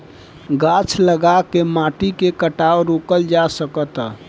गाछ लगा के माटी के कटाव रोकल जा सकता